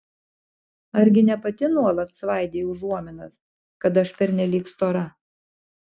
argi ne pati nuolat svaidei užuominas kad aš pernelyg stora